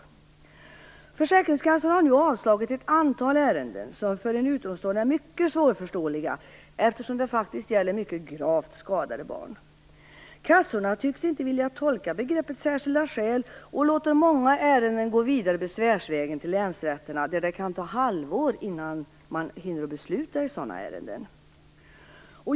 Försäkringskassorna har nu avslagit ett antal ärenden som gäller mycket gravt skadade barn, vilket för en utomstående är mycket svårförståeligt. Kassorna tycks inte vilja tolka begreppet särskilda skäl och låter många ärenden gå vidare besvärsvägen till länsrätterna där det kan ta halvår innan man hinner besluta i sådana ärenden.